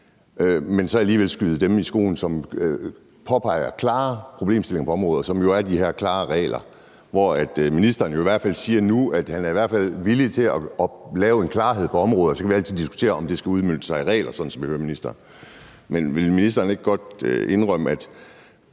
men alligevel er efter dem, som påpeger klare problemstillinger på området, som er de her klare regler. Ministeren siger i hvert fald nu, som jeg hører ham, at han i hvert fald er villig til at lave en klarhed på området, og at vi så altid kan diskutere, om det skal udmønte sig i regler. Men vil ministeren ikke godt indrømme, at